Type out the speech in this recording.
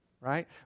Right